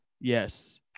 Yes